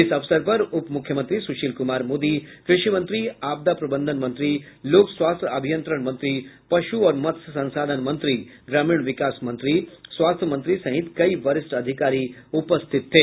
इस अवसर पर उपमुख्यमंत्री सुशील कुमार मोदी कृषि मंत्री आपदा प्रबंधन मंत्री लोक स्वास्थ्य अभियंत्रण मंत्री पश् और मत्स्य संसाधन मंत्री ग्रामीण विकास मंत्री स्वास्थ्य मंत्री सहित कई वरिष्ठ अधिकारी उपरिथित थे